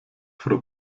frau